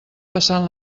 passant